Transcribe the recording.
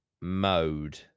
mode